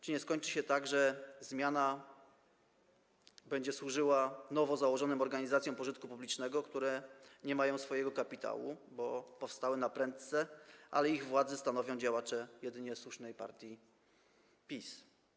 Czy nie skończy się tak, że zmiana będzie służyła nowo założonym organizacjom pożytku publicznego, które nie mają swojego kapitału, bo powstały naprędce, a ich władze stanowią działacze jedynie słusznej partii, PiS?